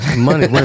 Money